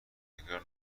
تکرار